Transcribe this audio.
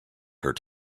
her